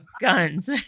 guns